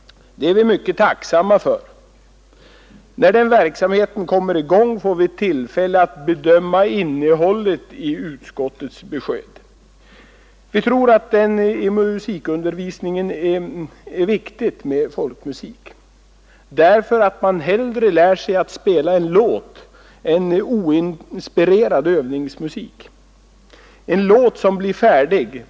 Det är vi mycket tacksamma för. När den verksamheten kommer i gång får vi tillfälle att bedöma innehållet i utskottets besked. Vi tror att det i musikundervisningen är viktigt med folkmusik, därför att man hellre lär sig att spela en låt än oinspirerad övningsmusik, en låt som blir färdig.